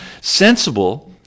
sensible